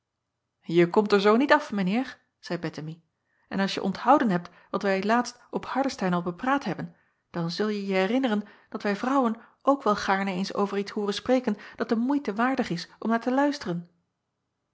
e komt er zoo niet af mijn eer zeî ettemie en als je onthouden hebt wat wij laatst op ardestein al bepraat hebben dan zulje je herinneren dat wij vrou acob van ennep laasje evenster delen wen ook wel gaarne eens over iets hooren spreken dat de moeite waardig is om naar te luisteren